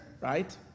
right